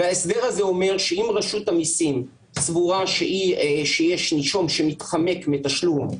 וההסדר הזה אומר שאם רשות המיסים סבורה שיש נישום שמתחמק מתשלום,